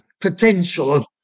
potential